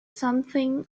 something